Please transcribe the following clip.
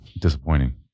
disappointing